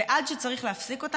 עד שיפסיקו אותם,